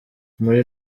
muri